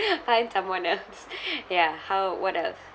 I need someone else ya how what else